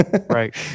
Right